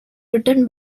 written